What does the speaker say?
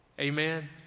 amen